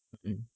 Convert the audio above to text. mm